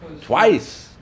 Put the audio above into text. twice